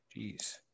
Jeez